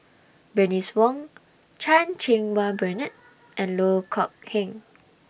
Bernice Wong Chan Cheng Wah Bernard and Loh Kok Heng